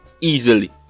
easily